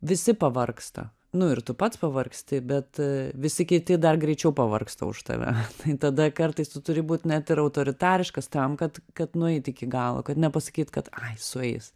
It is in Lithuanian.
visi pavargsta nu ir tu pats pavargsti bet visi kiti dar greičiau pavargsta už tave tai tada kartais tu turi būt net ir autoritariškas tam kad kad nueit iki galo kad ne pasakyt kad ai sueis